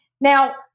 Now